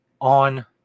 on